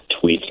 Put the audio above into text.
tweets